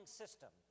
system